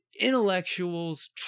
intellectuals